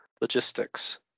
logistics